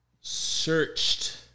searched